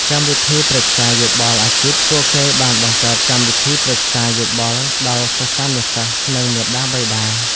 កម្មវិធីប្រឹក្សាយោបល់អាជីព ពួកគេបានបង្កើតកម្មវិធីប្រឹក្សាយោបល់ដល់សិស្សានុសិស្ស និងមាតាបិតា។